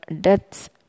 deaths